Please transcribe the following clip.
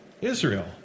Israel